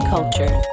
Culture